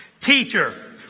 Teacher